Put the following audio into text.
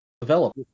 develop